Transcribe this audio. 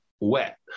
wet